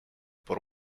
por